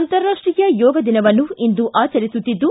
ಅಂತಾರಾಷ್ಟೀಯ ಯೋಗ ದಿನವನ್ನು ಇಂದು ಆಚರಿಸುತ್ತಿದ್ದು